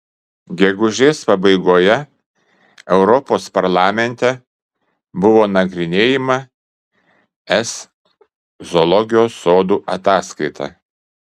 gegužės pabaigoje europos parlamente buvo nagrinėjama es zoologijos sodų ataskaita